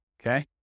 Okay